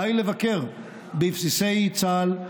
די לבקר בבסיסי צה"ל,